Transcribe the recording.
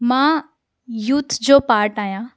मां यूथ जो पाट आहियां